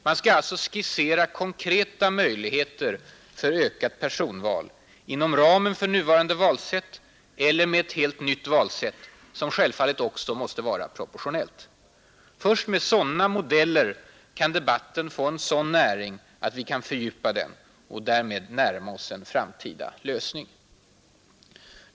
Man skall alltså skissera konkreta möjligheter för ökat personval inom ramen för nuvarande valsätt eller med ett helt nytt valsätt, som självfallet också måste vara proportionellt. Först med sådana modeller kan debatten få en sådan näring att vi kan fördjupa den och närma oss en framtida lösning.